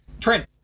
Trent